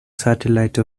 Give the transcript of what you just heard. satellite